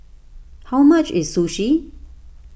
how much is Sushi